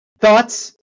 Thoughts